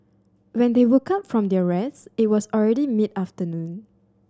when they woke up from their rest it was already mid afternoon